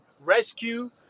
rescue